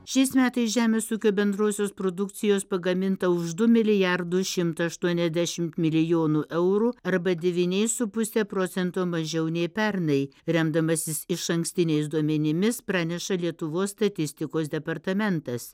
šiais metais žemės ūkio bendrosios produkcijos pagaminta už du milijardus šimtą aštuoniasdešimt milijonų eurų arba devyniais su puse procento mažiau nei pernai remdamasis išankstiniais duomenimis praneša lietuvos statistikos departamentas